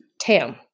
Tam